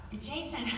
Jason